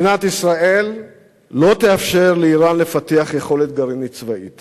מדינת ישראל לא תאפשר לאירן לפתח יכולת גרעינית צבאית